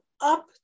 up